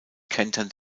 kentern